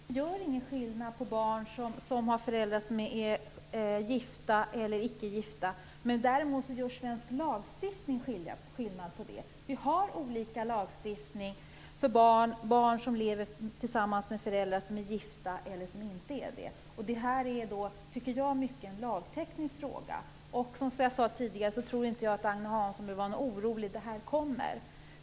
Fru talman! Vi gör ingen skillnad på barn till föräldrar som är gifta och barn till föräldrar som inte är gifta. Däremot gör svensk lagstiftning en sådan skillnad. Vi har olika lagstiftning för barn som lever tillsammans med föräldrar som är gifta respektive inte gifta. Jag tycker att det här är mycket av en lagteknisk fråga, och som jag sade tidigare tror jag inte att Agne Hansson behöver vara orolig: Det här kommer.